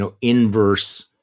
inverse